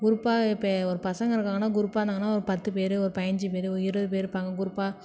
குரூப்பாக இப்போ ஒரு பசங்க இருக்காங்கன்னா குரூப்பாக இருந்தாங்கன்னா ஒரு பத்து பேர் ஒரு பைதிஞ்சி பேர் ஒரு இருபது பேர் இருப்பாங்க குரூப்பாக